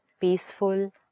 peaceful